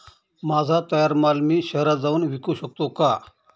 माझा तयार माल मी शहरात जाऊन विकू शकतो का?